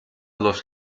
läuft